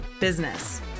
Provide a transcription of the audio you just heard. business